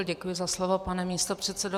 Děkuji za slovo, pane místopředsedo.